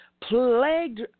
plagued